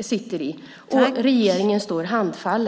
sitter i. Och regeringen står handfallen.